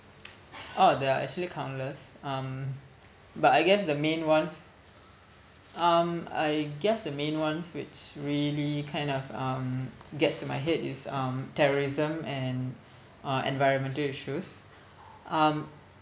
orh there are actually countless um but I guess the main ones um I guess the main ones which really kind of um gets to my head is um terrorism and uh environmental issues um